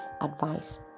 advice